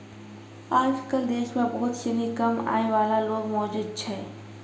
आजकल देश म बहुत सिनी कम आय वाला लोग मौजूद छै